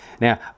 Now